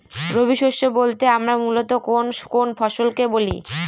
রবি শস্য বলতে আমরা মূলত কোন কোন ফসল কে বলি?